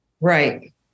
Right